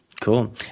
cool